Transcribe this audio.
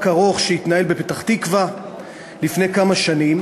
ארוך שהתנהל בפתח-תקווה לפני כמה שנים,